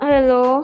Hello